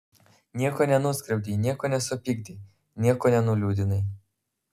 nieko nenuskriaudei nieko nesupykdei nieko nenuliūdinai